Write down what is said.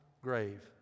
grave